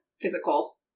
physical